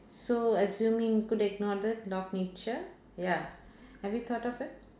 so assuming you could ignore the law of nature ya have you thought of it